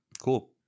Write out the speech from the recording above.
Cool